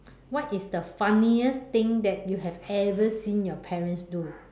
what is the funniest thing that you have ever seen your parents do